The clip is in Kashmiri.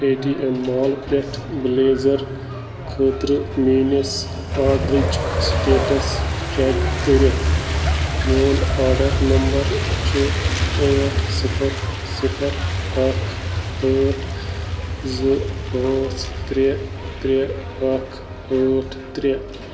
پےٚ ٹی ایٚم مال پٮ۪ٹھٕ بٔلیزَر خٲطرٕ میٛٲنِس آرڈٕرٕچ سِٹیٹَس چیٚک کٔرِتھ میٛون آرڈَر نمبَر چھُ ٲٹھ صِفَر صِفَر اَکھ ٲٹھ زٕ پانٛژھ ترٛےٚ ترٛےٚ اَکھ ٲٹھ ترٛےٚ